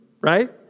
right